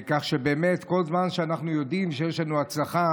כך שבאמת כל זמן שאנחנו יודעים שיש לנו הצלחה,